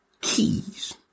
Keys